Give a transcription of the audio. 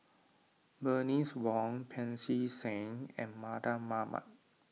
Bernice Wong Pancy Seng and Mardan Mamat